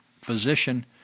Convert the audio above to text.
physician